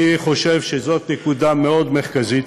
אני חושב שזאת נקודה מאוד מרכזית.